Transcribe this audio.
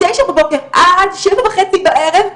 מתשע בבוקר עד שבע וחצי בערב.